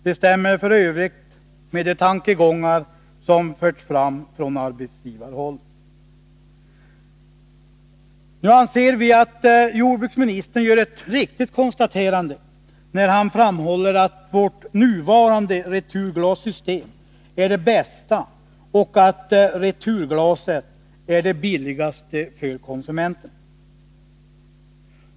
Det stämmer f. ö. med de tankegångar som förts fram från arbetsgivarhåll. Vi anser att jordbruksministern gör ett riktigt konstaterande när han framhåller att vårt nuvarande returglassystem är det bästa och att returglaset är det billigaste för konsumenterna.